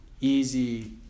easy